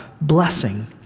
blessing